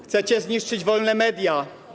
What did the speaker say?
Chcecie zniszczyć wolne media.